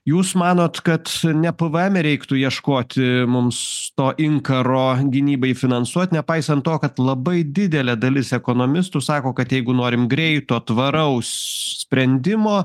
jūs manot kad ne pvme reiktų ieškoti mums to inkaro gynybai finansuot nepaisant to kad labai didelė dalis ekonomistų sako kad jeigu norim greito tvaraus sprendimo